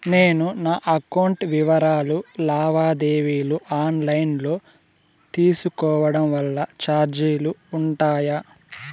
నేను నా అకౌంట్ వివరాలు లావాదేవీలు ఆన్ లైను లో తీసుకోవడం వల్ల చార్జీలు ఉంటాయా?